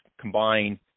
combine